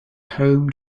home